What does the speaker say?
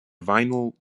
vinyl